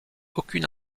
aucune